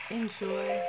enjoy